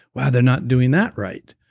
wow, they're not doing that right,